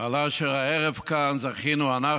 על אשר הערב כאן זכינו אנחנו,